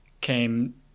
came